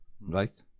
right